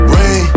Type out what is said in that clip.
Rain